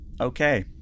Okay